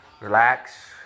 relax